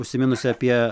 užsiminusi apie